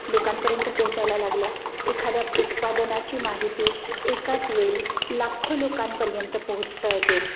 लोकांपर्यंत पोहोचायला लागल्या एखाद्या उत्पादनाची माहिती एकाच वेळी लाखों लोकांपर्यंत पोहोचता येते